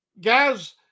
guys